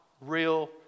real